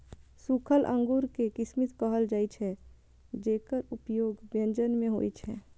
सूखल अंगूर कें किशमिश कहल जाइ छै, जेकर उपयोग व्यंजन मे होइ छै